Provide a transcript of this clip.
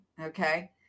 okay